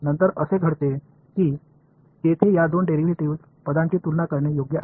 नंतर असे घडते की तेथे या दोन डेरिव्हेटिव्ह पदांची तुलना करणे योग्य आहे